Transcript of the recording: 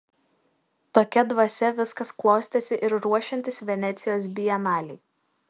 tokia dvasia viskas klostėsi ir ruošiantis venecijos bienalei